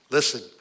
Listen